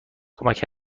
کمک